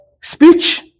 Speech